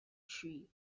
tree